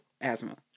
asthma